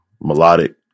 melodic